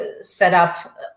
setup